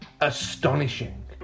astonishing